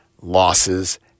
losses